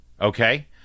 okay